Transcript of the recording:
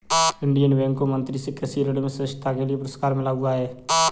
Indian Bank को मंत्री से कृषि ऋण में श्रेष्ठता के लिए पुरस्कार मिला हुआ हैं